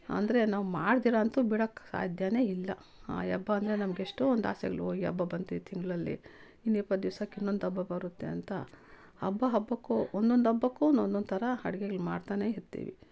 ಅಂದರೆ ನಾವು ಮಾಡ್ದಿರ ಅಂತು ಬಿಡೋಕ್ ಸಾಧ್ಯನೇ ಇಲ್ಲ ಆ ಹಬ್ಬ ಅಂದರೆ ನಮ್ಗೆ ಎಷ್ಟೋ ಒಂದು ಆಸೆಗಳು ಓ ಈ ಹಬ್ಬ ಬಂತು ಈ ತಿಂಗಳಲ್ಲಿ ಇನ್ನು ಇಪ್ಪತ್ತು ದಿವ್ಸಕ್ಕೆ ಇನ್ನೊಂದು ಹಬ್ಬ ಬರುತ್ತೆ ಅಂತ ಹಬ್ಬ ಹಬ್ಬಕ್ಕೂ ಒಂದೊಂದು ಹಬ್ಬಕ್ಕೂ ಒನ್ನೊಂದು ಥರ ಅಡ್ಗೆಗಳ್ ಮಾಡ್ತಾನೆ ಇರ್ತೀವಿ